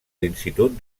l’institut